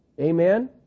amen